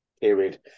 period